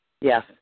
Yes